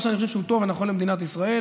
מה שאני חושב שהוא טוב ונכון למדינת ישראל,